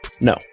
No